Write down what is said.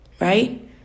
Right